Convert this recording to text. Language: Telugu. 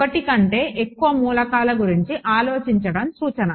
ఒకటి కంటే ఎక్కువ మూలకాల గురించి ఆలోచించడం సూచన